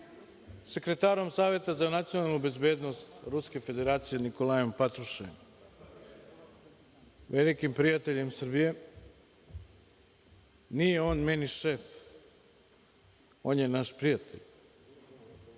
sekretarom Saveta za nacionalnu bezbednost Ruske Federacije Nikolajem Patruševim, velikim prijateljem Srbije. Nije on meni šef, on je naš prijatelj. To